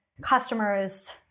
customers